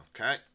Okay